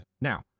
Now